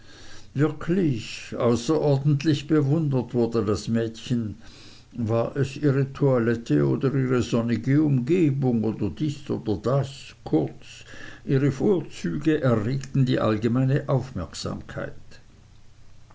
wirklich außerordentlich bewundert wurde das mädchen war es ihre toilette oder die sonnige umgebung oder dies oder das kurz ihre vorzüge erregten die allgemeine aufmerksamkeit